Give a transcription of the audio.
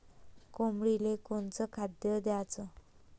कोंबडीले कोनच खाद्य द्याच?